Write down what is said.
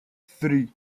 three